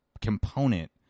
component